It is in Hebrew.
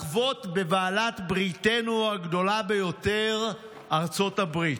לחבוט בבעלת בריתנו הגדולה ביותר, ארצות הברית,